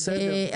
בסדר.